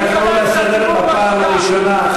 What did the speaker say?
אתה קרוא לסדר בפעם הראשונה.